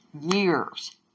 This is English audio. years